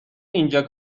اینجا